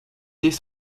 dès